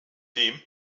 dem